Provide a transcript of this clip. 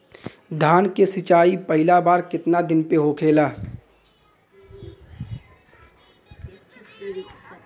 धान के सिचाई पहिला बार कितना दिन पे होखेला?